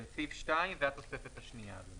כן, סעיף 2 והתוספת השנייה, אדוני.